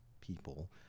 people